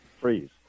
freeze